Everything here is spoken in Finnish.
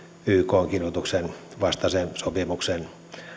ykn kidutuksen vastaisen sopimuksen